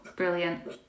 brilliant